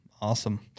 Awesome